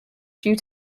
due